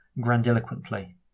grandiloquently